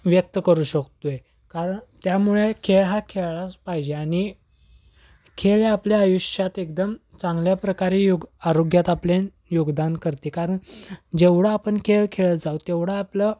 व्यक्त करू शकतो आहे कारण त्यामुळे खेळ हा खेळलाच पाहिजे आनि खेळ हे आपल्या आयुष्यात एकदम चांगल्या प्रकारे योग आरोग्यात आपले योगदान करते कारण जेवढा आपण खेळ खेळत जाऊ तेवढा आपलं